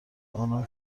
انان